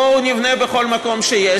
בואו נבנה בכל מקום שיש,